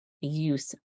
use